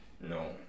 No